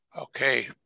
Okay